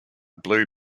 blue